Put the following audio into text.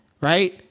right